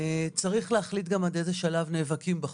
צריך להחליט גם עד איזה שלב נאבקים בחוק.